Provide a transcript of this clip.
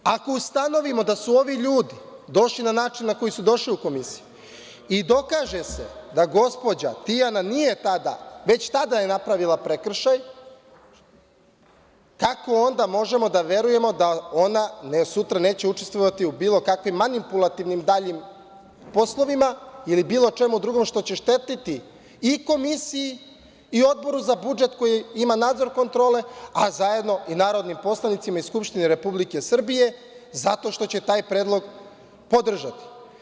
Ako ustanovimo da su ovi ljudi došli na način na koji su došli u komisiju i dokaže se da je gospođa Tijana već tada napravila prekršaj, kako onda možemo da verujemo da sutra neće učestvovati u bilo kakvim manipulativnim daljim poslovima ili bilo čemu drugom što će štetiti i komisiji i Odboru za budžet koji ima nadzor kontrole, a zajedno i narodnim poslanicima i Skupštini Republike Srbije, zato što će taj predlog podržati.